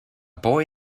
boy